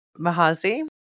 Mahazi